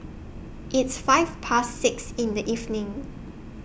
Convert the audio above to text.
its five Past six in The evening